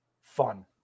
fun